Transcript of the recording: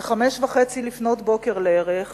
ב-05:30 לערך